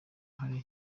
hari